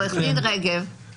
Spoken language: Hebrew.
עורך דין רגב, סליחה.